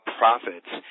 profits